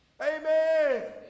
Amen